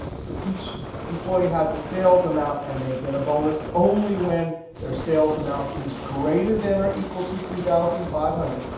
so each employee has a sales amount and they get a bonus only when their sales amount is greater than or equal to three thousand five hundred.